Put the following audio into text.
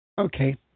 Okay